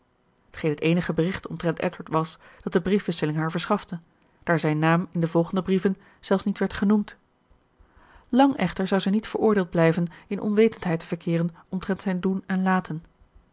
geen het eenige bericht omtrent edward was dat de briefwisseling haar verschafte daar zijn naam in de volgende brieven zelfs niet werd genoemd lang echter zou zij niet veroordeeld blijven in onwetendheid te verkeeren omtrent zijn doen en laten